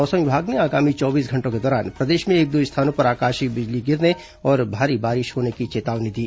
मौसम विमाग ने आगामी चौबीस घंटों के दौरान प्रदेश में एक दो स्थानों पर आकाशीय बिजली गिरने और भारी बारिश होने की चेतावनी दी